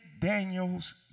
Daniel's